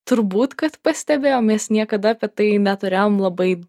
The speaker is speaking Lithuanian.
turbūt kad pastebėjo mes niekada apie tai neturėjom labai